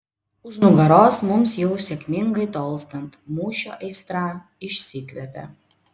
už nugaros mums jau sėkmingai tolstant mūšio aistra išsikvepia